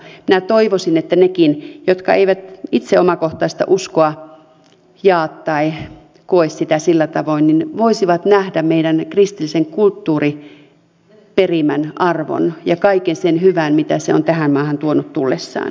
minä toivoisin että nekin jotka eivät itse omakohtaista uskoa jaa tai koe sitä sillä tavoin voisivat nähdä meidän kristillisen kulttuuriperimän arvon ja kaiken sen hyvän mitä se on tähän maahan tuonut tullessaan